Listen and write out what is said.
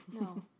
No